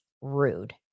rude